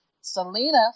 Selena